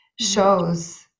shows